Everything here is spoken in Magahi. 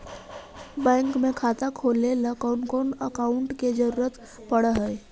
बैंक में खाता खोले ल कौन कौन डाउकमेंट के जरूरत पड़ है?